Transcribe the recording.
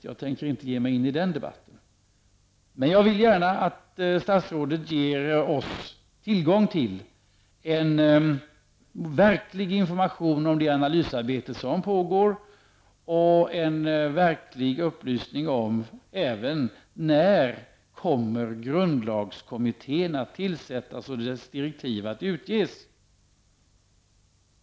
Jag tänker inte ge mig in i den debatten, men jag vill gärna att statsrådet ger oss tillgång till en verklig information om det analysarbete som pågår, upplysning om när grundlagskommittén kommer att tillsättas och när dess direktiv kommer att utges.